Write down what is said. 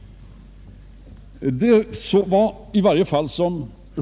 Detta omnämns också i finansplanen.